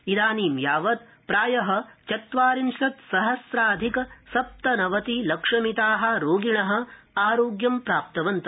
इदानी यावत् प्राय चत्वारिशत् सहम्रधिक सप्तनवति लक्षमिता रोगिण आरोग्यं प्राप्तवन्त